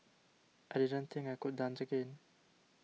I didn't think I could dance again